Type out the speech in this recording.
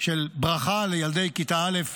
הברכה לילדי כיתה א'